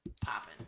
popping